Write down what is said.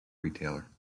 retailer